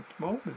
moment